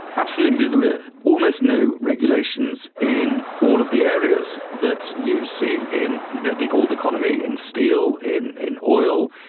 absolutely, there were almost no regulations in all of the areas that you see in you know the old economy, in steel, in in oil,